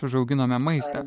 užauginome maistą